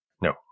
No